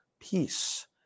Peace